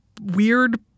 weird